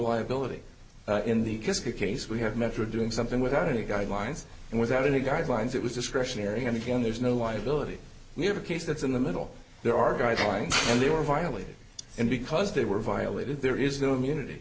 liability in the case we have met or doing something without any guidelines and without any guidelines it was discretionary and again there's no liability we have a case that's in the middle there are guidelines and they were violated and because they were violated there is no immunity